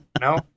No